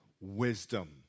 Wisdom